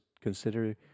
consider